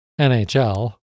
NHL